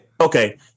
Okay